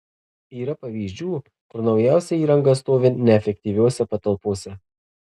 yra pavyzdžių kur naujausia įranga stovi neefektyviose patalpose